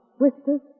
whispers